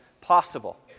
possible